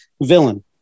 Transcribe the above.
villain